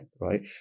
right